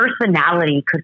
personality